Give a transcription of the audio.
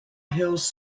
hills